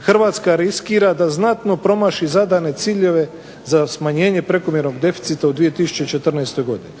Hrvatska riskira da znatno promaši zadane ciljeve za smanjenje prekomjernog deficita u 2014. godini.